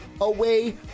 away